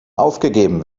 aufgegeben